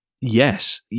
Yes